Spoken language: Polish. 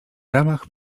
ramach